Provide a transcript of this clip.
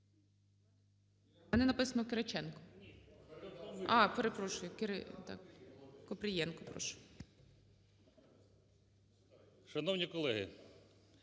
Шановні колеги,